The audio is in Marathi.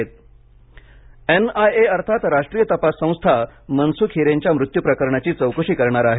मनसुख एन आय ए अर्थात राष्ट्रीय तपास संस्था मनसुख हिरेनच्या मृत्यू प्रकरणाची चौकशी करणार आहे